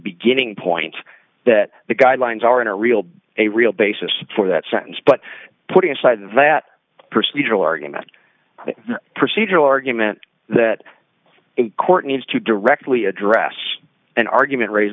beginning point that the guidelines are in a real a real basis for that sentence but putting aside that procedural argument procedural argument that court needs to directly address an argument raised